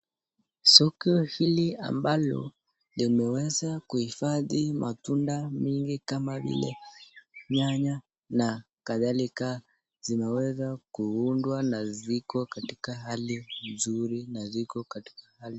Soko hili ambalo, limewesa kuhifadhi matunda mingi kama vile, nyanya, na, kathalika, zimeweza kuundwa na ziko katika hali, nzuri, na ziko katika hali.